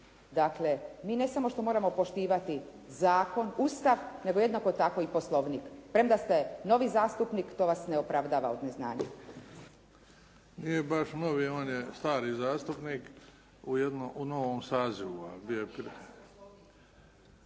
Dakle, mi ne samo što moramo poštivati zakon, Ustav, nego jednako tako i Poslovnik. Premda ste novi zastupnik, to vas ne opravdava od neznanja. **Bebić, Luka (HDZ)** Nije baš novi, on je stari zastupnik, u novom sazivu,